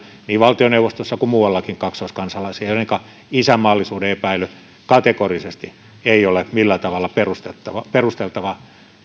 niin valtioneuvostossa kuin muuallakin on yhteisiä tuttuja kaksoiskansalaisia joidenka isänmaallisuuden epäily kategorisesti ei ole millään tavalla perusteltavaa perusteltavaa